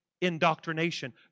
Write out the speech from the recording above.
indoctrination